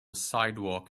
sidewalk